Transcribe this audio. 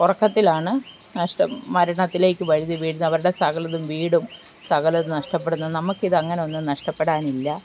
ഉറക്കത്തിലാണ് നഷ്ട മരണത്തിലേക്കു വഴുതി വീണത് അവരുടെ സകലതും വീടും സകലതും നഷ്ടപ്പെടുന്നത് നമുക്കിത് അങ്ങനെ ഒന്നും നഷ്ടപ്പെടാനില്ല